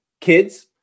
Kids